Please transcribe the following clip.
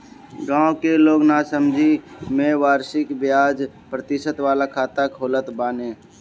गांव के लोग नासमझी में वार्षिक बियाज प्रतिशत वाला खाता खोलत बाने